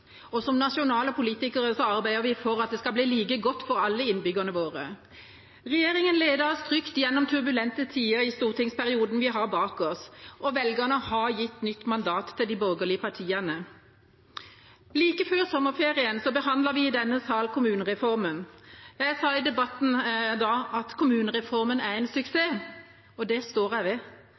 og som nasjonale politikere arbeider vi for at det skal bli like godt for alle innbyggerne våre. Regjeringa ledet oss trygt gjennom turbulente tider i stortingsperioden vi har bak oss, og velgerne har gitt nytt mandat til de borgerlige partiene. Like før sommerferien behandlet vi i denne sal kommunereformen. Jeg sa i debatten da at kommunereformen er en suksess, og det står jeg ved.